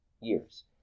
years